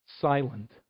silent